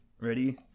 ready